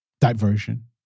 diversion